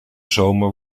zomer